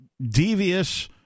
Devious